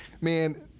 man